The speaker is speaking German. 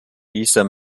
dieser